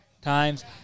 times